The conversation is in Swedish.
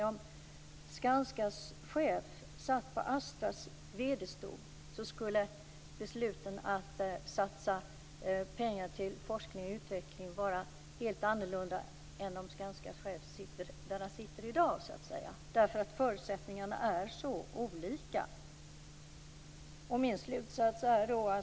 Om Skanskas chef satt på Astras vd-stol, skulle besluten att satsa pengar till forskning och utveckling vara helt annorlunda, än om Skanskas chef satt där han sitter i dag. Förutsättningarna är så olika.